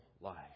life